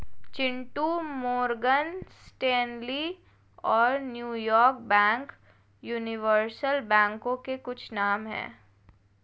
Chintu Morgan Stanley और New York bank universal बैंकों के कुछ नाम है